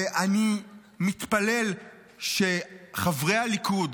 ואני מתפלל שחברי הליכוד,